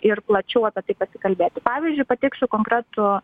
ir plačiau apie tai pasikalbėti pavyzdžiui pateiksiu konkretų